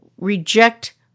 reject